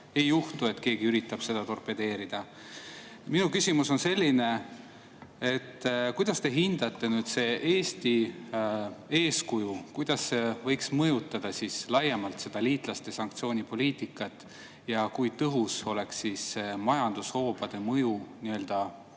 ei juhtu, et keegi üritab seda torpedeerida. Mu küsimus on selline. Kuidas te hindate Eesti eeskuju? Kuidas see võiks mõjutada laiemalt liitlaste sanktsioonipoliitikat ja kui tõhus oleks majandushoobade mõju Venemaa